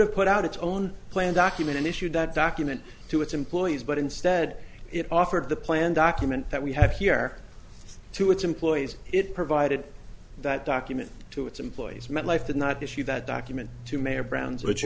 have put out its own plan document an issue that document to its employees but instead it offered the plan document that we have here to its employees it provided that document to its employees metlife did not issue that document to mayor brown's w